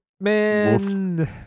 man